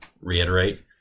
reiterate